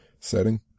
setting